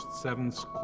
seventh